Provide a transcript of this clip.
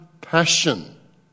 passion